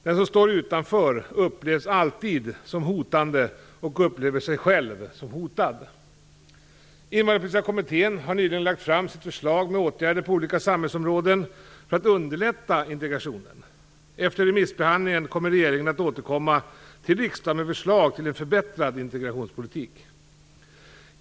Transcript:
Den som står utanför upplevs alltid som hotande - och upplever sig själv som hotad. Invandrarpolitiska kommittén har nyligen lagt fram sitt förslag med åtgärder på olika samhällsområden för att underlätta integrationen. Efter remissbehandlingen kommer regeringen att återkomma till riksdagen med förslag till en förbättrad integrationspolitik.